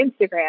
Instagram